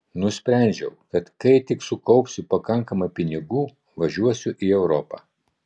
nusprendžiau kad kai tik sukaupsiu pakankamai pinigų važiuosiu į europą